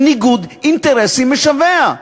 של ניגוד אינטרסים משווע.